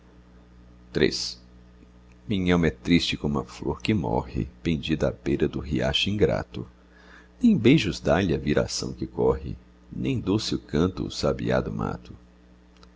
triste minhalma é triste como a flor que morre pendida à beira do riacho ingrato nem beijos dá-lhe a viração que corre nem doce canto o sabiá do mato